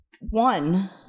One